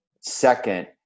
second